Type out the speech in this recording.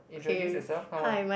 introduce yourself come on